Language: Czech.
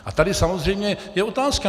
A tady samozřejmě je otázka.